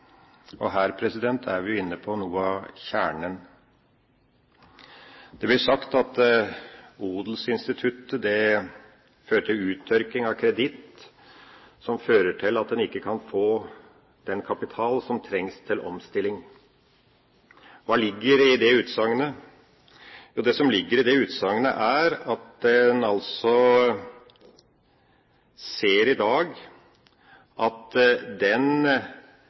og uttørking av kredittmuligheter. Her er vi inne på noe av kjernen. Det blir sagt at odelsinstituttet fører til uttørking av kreditt, som fører til at en ikke kan få den kapital som trengs til omstilling. Hva ligger det i det utsagnet? Jo, det som ligger i det utsagnet, er at en i dag ser at den